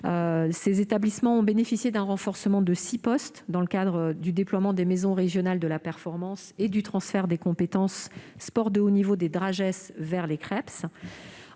Ces établissements ont bénéficié d'un renforcement de six postes dans le cadre du déploiement des maisons régionales de la performance, et du transfert des compétences « sport de haut niveau » des délégations